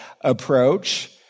approach